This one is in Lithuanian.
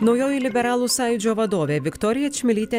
naujoji liberalų sąjūdžio vadovė viktorija čmilytė